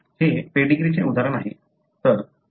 हे पेडीग्रीचे उदाहरण आहे